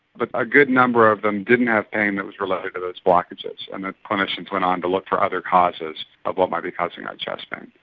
but a good number of them didn't have pain that was related to those blockages, and the clinicians went on to look for other causes of what might be causing their chest pain.